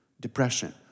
depression